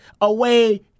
away